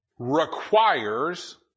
requires